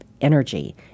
energy